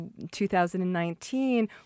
2019